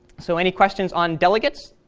so any questions on delegates?